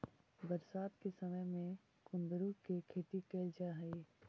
बरसात के समय में कुंदरू के खेती कैल जा हइ